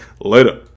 later